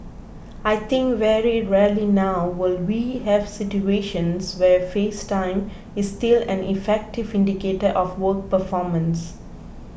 I think very rarely now will we have situations where face time is still an effective indicator of work performance